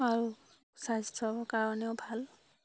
আৰু স্বাস্থ্যৰ কাৰণেও ভাল